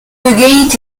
pegeit